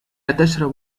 تشرب